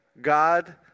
God